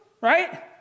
right